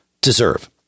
deserve